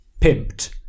pimped